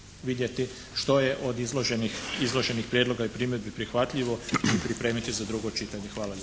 vidjeti što je od izloženih prijedloga i primjedbi prihvatljivo i pripremiti za drugo čitanje. Hvala